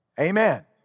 Amen